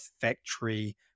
factory